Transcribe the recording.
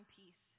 peace